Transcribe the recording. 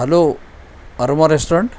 hello aroma restaurant